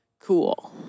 Cool